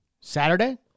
Saturday